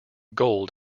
gold